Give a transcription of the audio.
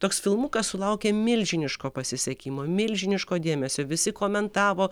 toks filmukas sulaukė milžiniško pasisekimo milžiniško dėmesio visi komentavo